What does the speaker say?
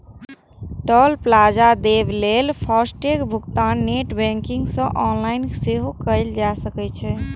टोल plaza देबय लेल FASTag भुगतान नेट बैंकिंग सं ऑनलाइन सेहो कैल जा सकै छै